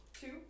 two